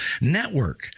network